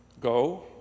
Go